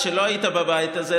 כשלא היית בבית הזה,